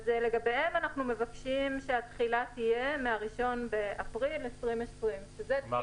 אנחנו מבקשים שהתחילה תהיה מה-1 באפריל 2020. כלומר,